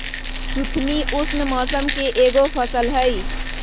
सुथनी उष्ण मौसम के एगो फसल हई